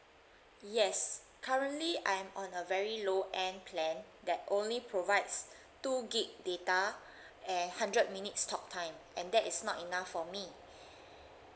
yes currently I'm on a very low end plan that only provides two gig data and hundred minutes talk time and that is not enough for me